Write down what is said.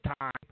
time